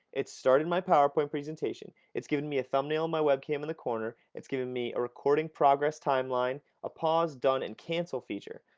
it started my powerpoint presentation, it's given me a thumbnail of my webcam in the corner, it's given me a recording progress timeline, a pause done and cancel feature.